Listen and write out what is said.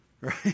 Right